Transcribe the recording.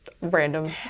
Random